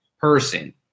person